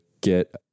get